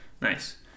nice